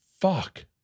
fuck